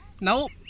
Nope